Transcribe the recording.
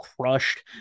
crushed